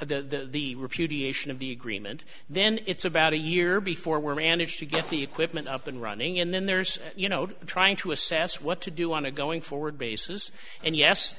of the agreement then it's about a year before we're managed to get the equipment up and running and then there's you know trying to assess what to do on a going forward basis and yes